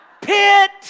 pit